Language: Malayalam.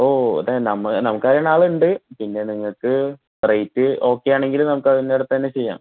ഓ അതെ നമുക്കറിയുന്ന ആളുണ്ട് പിന്നെ നിങ്ങൾക്ക് റേറ്റ് ഓക്കെയാണെങ്കിൽ നമുക്കതിൽനിന്നെടുത്ത് തന്നെ ചെയ്യാം